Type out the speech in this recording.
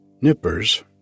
Nippers